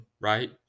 right